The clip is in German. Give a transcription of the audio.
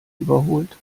überholt